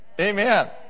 Amen